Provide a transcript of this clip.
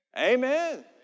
Amen